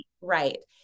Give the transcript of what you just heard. Right